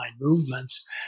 movements